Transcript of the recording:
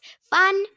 Fun